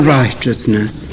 righteousness